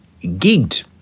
gigged